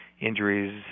injuries